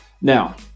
Now